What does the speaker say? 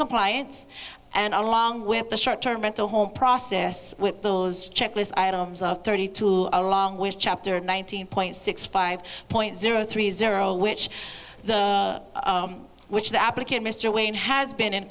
compliance and along with the short term mental home process with those checklist items of thirty two along with chapter nineteen point six five point zero three zero which the which the applicant mr wayne has been in